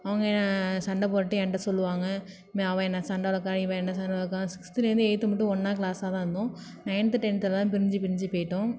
அவங்க சண்டை போட்டு என்கிட்ட சொல்லுவாங்க இதுமாரி அவள் என்ன சண்டை வளக்கிறா இவள் என்கிட்ட சண்டை வளர்க்குறா சிக்ஸ்த்திலேருந்து எய்த்து மட்டும் ஒன்றா க்ளாஸாகதான் இருந்தோம் நைன்த்து டென்த்துலதான் பிரிஞ்சு பிரிஞ்சு போயிட்டோம்